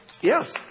Yes